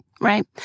Right